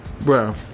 Bro